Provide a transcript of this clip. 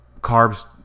Carbs